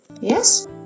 Yes